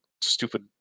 stupid